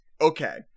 Okay